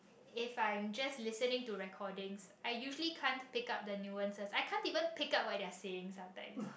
if I just listening to recordings I usually can't pick up the news I can't even pick up what they are saying sometimes